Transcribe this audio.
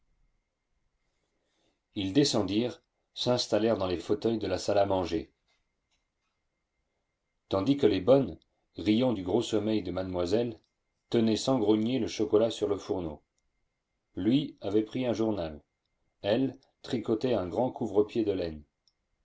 ils descendirent s'installèrent dans les fauteuils de la salle à manger tandis que les bonnes riant du gros sommeil de mademoiselle tenaient sans grogner le chocolat sur le fourneau lui avait pris un journal elle tricotait un grand couvre-pieds de laine